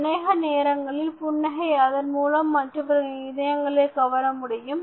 அனேக நேரங்களில் புன்னகை அதன்மூலம் மற்றவர்களின் இதயங்களைக் கவர முடியும்